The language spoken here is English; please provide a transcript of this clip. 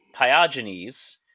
pyogenes